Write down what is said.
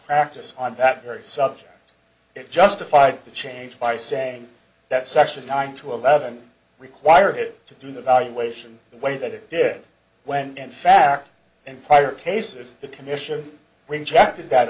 practice on that very subject it justified the change by saying that section nine to eleven required it to do the valuation the way that it did when and fact and prior cases the commission when jack did that